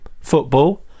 football